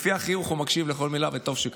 לפי החיוך הוא מקשיב לכל מילה, וטוב שכך.